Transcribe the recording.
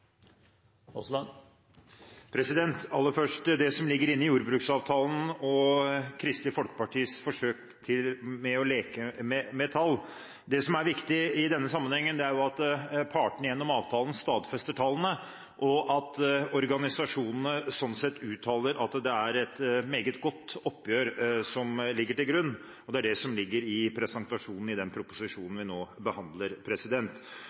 til. Aller først til det som ligger inne i jordbruksavtalen og Kristelig Folkepartis forsøk på å leke med tall. Det som er viktig i denne sammenhengen, er at partene gjennom avtalen stadfester tallene, og at organisasjonene slik sett uttaler at det er et meget godt oppgjør som ligger til grunn. Det ligger i presentasjonen i den